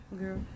Girl